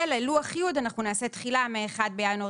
וללוח י' אנחנו נעשה תחילה מ-1 בינואר